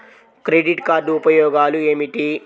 Credit card ఉపయోగాలు ఏమిటి?